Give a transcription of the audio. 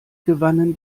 gewannen